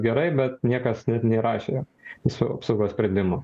gerai bet niekas net neįrašė visų apsaugos sprendimų